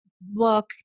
book